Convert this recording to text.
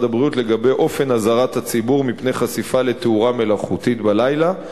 הבריאות לגבי אופן אזהרת הציבור מפני חשיפה לתאורה מלאכותית בלילה.